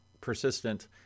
persistent